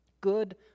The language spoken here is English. Good